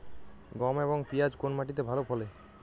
গম এবং পিয়াজ কোন মাটি তে ভালো ফলে?